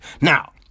now